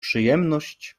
przyjemność